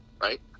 right